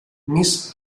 miss